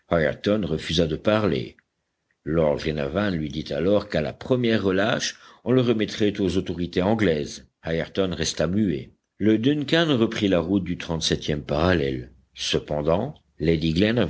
refusa de parler lord glenarvan lui dit alors qu'à la première relâche on le remettrait aux autorités anglaises ayrton resta muet le duncan reprit la route du trente-septième parallèle cependant lady